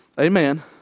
amen